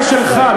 זאת הבעיה שלך.